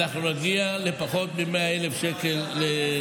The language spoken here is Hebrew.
אנחנו נגיע לפחות מ-100,000 שקל לממ"ד.